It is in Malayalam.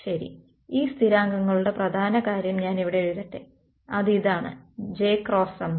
ശരി ഈ സ്ഥിരാങ്കങ്ങളുടെ പ്രധാന കാര്യം ഞാൻ ഇവിടെ എഴുതട്ടെ അത് ഇതാണ് jsomething